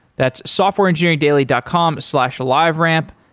that's softwareengineeringdaily dot com slash liveramp.